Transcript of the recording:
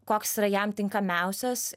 koks yra jam tinkamiausias